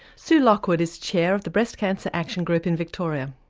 sue lockwood is chair of the breast cancer action group in victoria.